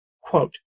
Quote